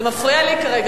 זה מפריע לי כרגע.